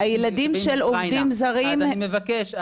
--- הילדים של עובדים זרים הם --- אז אני מבקש,